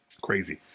Crazy